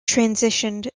transitioned